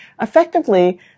Effectively